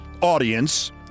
audience